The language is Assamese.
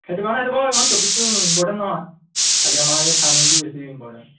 সেইটো কাৰণে সেইটো বাৰু ইমান টপিকটো ইম্পৰ্টেণ্ট নহয় খালি আমাৰ এই ফাৰ্মিংটো বেছি ইম্পৰ্টেণ্ট